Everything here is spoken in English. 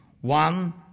one